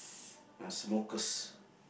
ah smokers